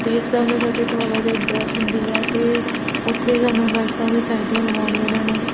ਅਤੇ ਇਸ ਹਿਸਾਬ ਨਾਲ ਸਾਡੇ ਤਾਂ ਆਵਾਜਾਈ ਬਹੁਤ ਹੁੰਦੀ ਆ ਅਤੇ ਉੱਥੇ ਸਾਨੂੰ ਲਾਈਟਾਂ ਵੀ ਚਾਹੀਦੀਆਂ ਲਵਾਉਣੀਆਂ ਇਹਨਾਂ ਨੂੰ